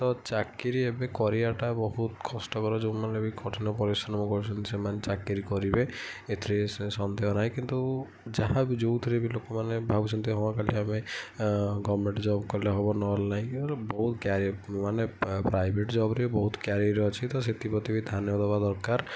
ତ ଚାକିରୀ ଏବେ କରିବାଟା ବହୁତ କଷ୍ଟକର ଯେଉଁମାନେ ବି କଠିନ ପରିଶ୍ରମ କରୁଛନ୍ତି ସେମାନେ ବି ଚାକିରୀ କରିବେ ଏଥିରେ ସେ ସନ୍ଦେହ ନାହିଁ କିନ୍ତୁ ଯାହା ବି ଯେଉଁଥିରେ ବି ଲୋକମାନେ ଭାବୁଛନ୍ତି ହଁ ଗଭମେଣ୍ଟ ଜବ୍ କଲେ ହେବ ନହେଲେ ନାହିଁ ମାନେ ବହୁତ ପ୍ରାଈଭେଟ୍ ଜବ୍ରେ ବହୁତ କ୍ୟାରିୟର୍ ଅଛି ତ ସେଥିପ୍ରତି ବି ଧ୍ୟାନ ଦେବା ଦରକାର